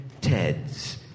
Ted's